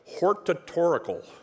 hortatorical